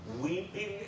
weeping